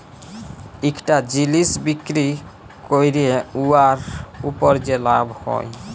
ইকটা জিলিস বিক্কিরি ক্যইরে উয়ার উপর যে লাভ হ্যয়